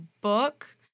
book